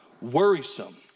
worrisome